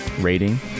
rating